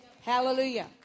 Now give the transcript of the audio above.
Hallelujah